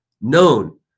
known